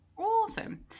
Awesome